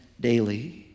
daily